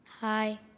Hi